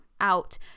out